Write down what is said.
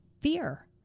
fear